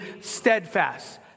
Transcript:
steadfast